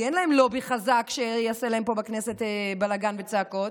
כי אין להם לובי חזק שיעשה להם פה בכנסת בלגן וצעקות,